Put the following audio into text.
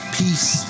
peace